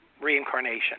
reincarnation